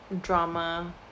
drama